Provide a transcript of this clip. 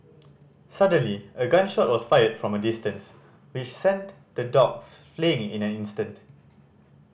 suddenly a gun shot was fired from a distance which sent the dogs fleeing in an instant